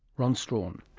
ron strachan.